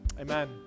Amen